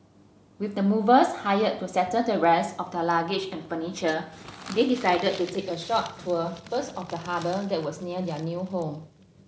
with the movers hired to settle the rest of their luggage and furniture they decided to take a short tour first of the harbour that was near their new home